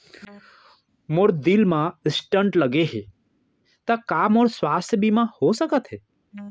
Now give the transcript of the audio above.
मोर दिल मा स्टन्ट लगे हे ता का मोर स्वास्थ बीमा हो सकत हे?